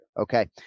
Okay